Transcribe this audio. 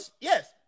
yes